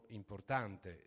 importante